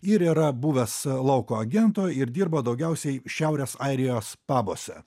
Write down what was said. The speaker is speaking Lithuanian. ir yra buvęs lauko agento ir dirbo daugiausiai šiaurės airijos pabuose